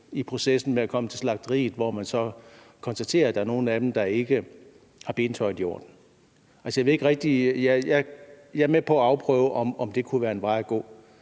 af processen med at komme til slagteriet, hvor man så konstaterer, at der er nogle af dem, der ikke har bentøjet i orden. Jeg er med på at afprøve, om det kunne være en vej at gå,